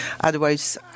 Otherwise